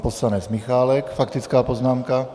Poslanec Michálek, faktická poznámka.